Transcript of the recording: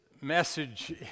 message